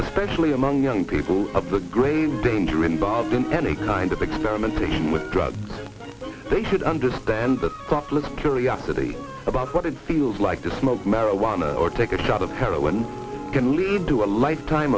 especially among young people of the great danger involved in any kind of experimentation with drugs they should understand but stop little curiosity about what it feels like to smoke marijuana or take a shot of heroin can lead to a lifetime